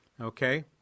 okay